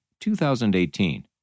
2018